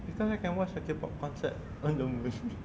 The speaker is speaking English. because I can watch the K-pop concert on the moon